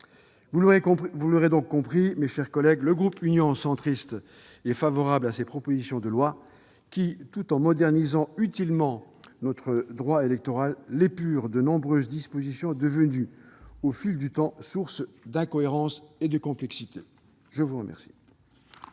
Vous l'aurez compris, mes chers collègues, le groupe Union Centriste est favorable à ces propositions de loi, qui, tout en modernisant utilement notre droit électoral, en suppriment de nombreuses dispositions, devenues au fil du temps sources d'incohérences et de complexité. La parole